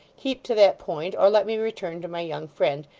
keep to that point, or let me return to my young friend,